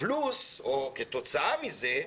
פלוס, או כתוצאה מזה,